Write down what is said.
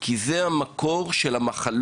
כי זה המקור של מחלות